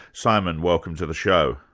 simon, welcome to the show.